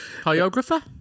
choreographer